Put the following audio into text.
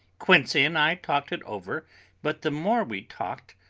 quincey and i talked it over but the more we talked,